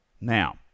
Now